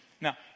Now